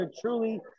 truly